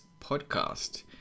podcast